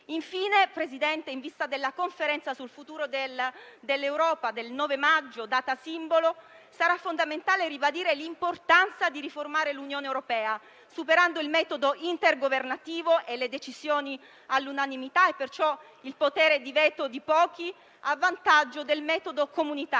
signor presidente Draghi, in vista della Conferenza sul futuro dell'Europa del prossimo 9 maggio, data simbolo, sarà fondamentale ribadire l'importanza di riformare l'Unione europea superando il metodo intergovernativo e le decisioni all'unanimità (quindi il potere di veto di pochi) a vantaggio del metodo comunitario,